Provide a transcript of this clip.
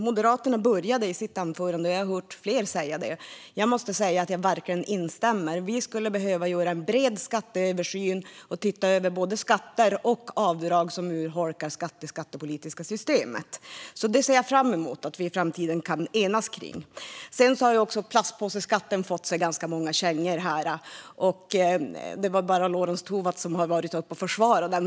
Moderaterna började i sitt anförande, och jag har hört flera säga det. Jag måste säga att jag verkligen instämmer: Vi skulle behöva göra en bred skatteöversyn och se över både skatter och avdrag som urholkar det skattepolitiska systemet. Jag ser fram emot att vi i framtiden kan enas kring detta. Plastpåseskatten har fått ganska många kängor här; det är bara Lorentz Tovatt som har varit uppe och försvarat den.